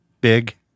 big